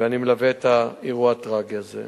ואני מלווה את האירוע הטרגי הזה.